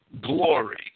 glory